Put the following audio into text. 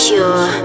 Pure